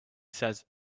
says